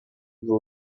the